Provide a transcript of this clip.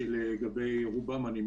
שאני מסכים לגבי רובם.